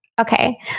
Okay